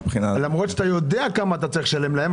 למרות שאתה יודע כמה אתה צריך לשלם להם,